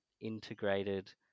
integrated